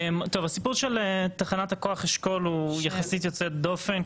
הסיפור של תחנת הכוח אשכול הוא יוצא דופן,